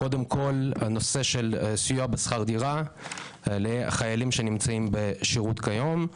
קודם כל הנושא של סיוע בשכר דירה לחיילים שנמצאים בשירות כיום,